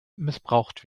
missbraucht